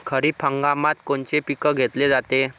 खरिप हंगामात कोनचे पिकं घेतले जाते?